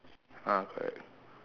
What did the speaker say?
uh correct